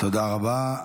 תודה רבה.